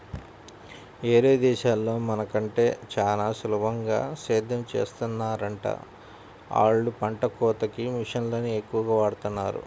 యేరే దేశాల్లో మన కంటే చానా సులభంగా సేద్దెం చేత్తన్నారంట, ఆళ్ళు పంట కోతకి మిషన్లనే ఎక్కువగా వాడతన్నారు